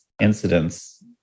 incidents